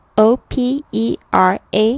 opera